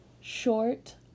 short